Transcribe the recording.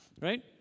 right